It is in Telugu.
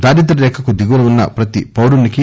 దారిద్య రేఖకు దిగువున ఉన్న ప్రతి పౌరునికి